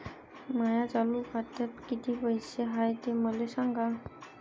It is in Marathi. माया चालू खात्यात किती पैसे हाय ते मले सांगा